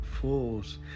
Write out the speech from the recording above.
fools